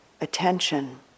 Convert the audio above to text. attention